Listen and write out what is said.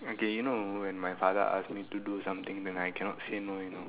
okay you know when my father ask me do something then I cannot say no you know